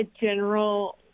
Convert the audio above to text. general